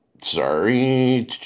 Sorry